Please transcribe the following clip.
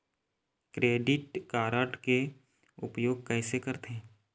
Credit card के उपयोग कैसे करथे?